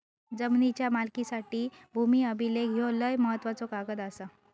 जमिनीच्या मालकीसाठी भूमी अभिलेख ह्यो लय महत्त्वाचो कागद आसा